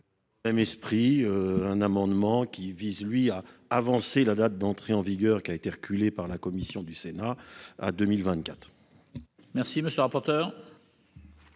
M. esprit. Un amendement qui vise, lui a avancé la date d'entrée en vigueur qui a été reculé, par la commission du Sénat à 2024. Merci monsieur le rapporteur.--